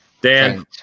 Dan